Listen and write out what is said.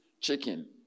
chicken